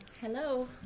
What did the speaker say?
Hello